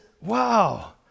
wow